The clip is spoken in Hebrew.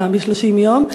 שאלת הבהרה, משהו קצת